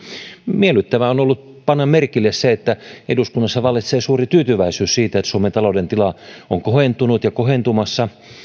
miellyttävää on ollut panna merkille se että eduskunnassa vallitsee suuri tyytyväisyys siitä että suomen talouden tila on kohentunut ja kohentumassa